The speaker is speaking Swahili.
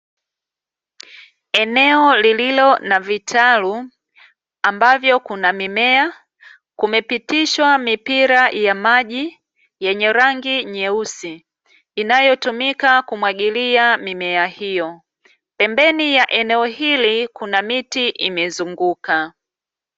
Eneo lililo na vitalu ambavyo kuna mimea, kumepitishwa mipira ya maji yenye rangi nyeusi inayotumika kumwagilia mimea hiyo. Pembeni ya eneo hili kuna miti imezunguka.